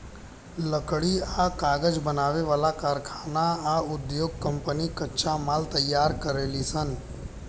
लकड़ी आ कागज बनावे वाला कारखाना आ उधोग कम्पनी कच्चा माल तैयार करेलीसन